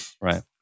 Right